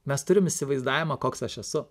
mes turim įsivaizdavimą koks aš esu